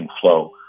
flow